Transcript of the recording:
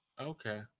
Okay